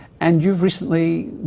and you've recently